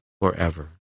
forever